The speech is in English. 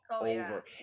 over